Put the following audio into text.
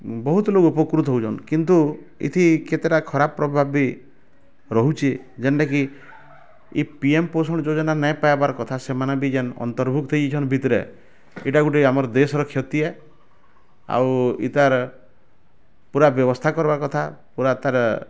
ବହୁତ ଲୋକ ଉପକୃତ ହେଉଛନ କିନ୍ତୁ ଇଠି କେତେଟା ଖରାପ ପ୍ରଭାବ ବି ରହୁଛି ଯେନଟାକି ଏ ପି ଏମ୍ ପୋଷଣ ଯୋଜନା ନେଇ ପାଇବାର କଥା ସେମାନେ ବି ଯେନ ଅନ୍ତର୍ଭୁକ୍ତ ହେଇଛନ ଭିତରେ ଏଟା ଗୋଟେ ଆମର ଦେଶର କ୍ଷତି ହେ ଆଉ ଏତାର ପୁରା ବ୍ୟବସ୍ଥା କରିବା କଥା ପୁରା ତା'ର